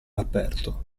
aperto